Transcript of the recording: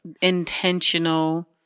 intentional